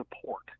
support